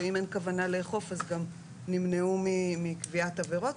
ואם אין כוונה לאכוף אז גם נמנעו מקביעת עבירות.